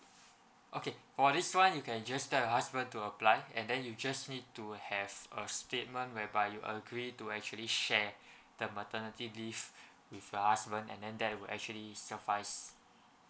okay for this one you can just tell your husband to apply and then you just need to have a statement whereby you agree to actually share the maternity leave with your husband and then that would actually suffice